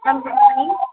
ma'am good morning